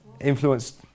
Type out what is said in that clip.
influenced